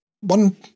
One